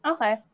Okay